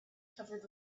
covered